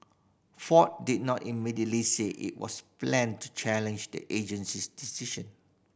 ford did not immediately say if was planned to challenge the agency's decision